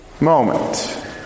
moment